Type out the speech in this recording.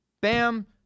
bam